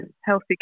healthy